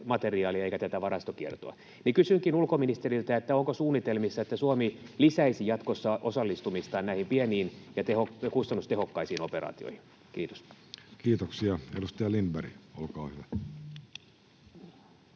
eikä varastokiertoa. Kysynkin ulkoministeriltä: onko suunnitelmissa, että Suomi lisäisi jatkossa osallistumistaan näihin pieniin ja kustannustehokkaisiin operaatioihin? — Kiitos. [Speech 29] Speaker: